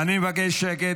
אני מבקש שקט.